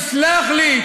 תסלח לי,